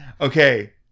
okay